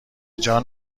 جان